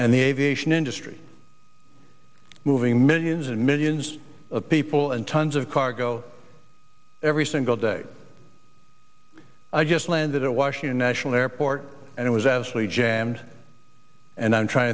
and the aviation industry moving millions and millions of people and tons of cargo every single day i just landed at washington national airport and it was absolutely jammed and i'm trying